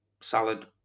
salad